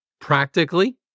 practically